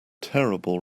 terrible